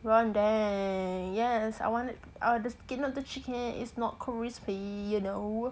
rendang and yes I want uh the skin of the chicken is not crispy you know